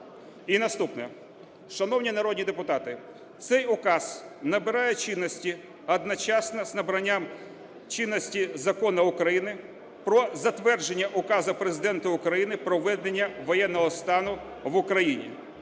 І наступне. Шановні народні депутати, цей указ набирає чинності одночасно з набранням чинності Закону України про затвердження Указу Президента "Про введення воєнного стану в Україні".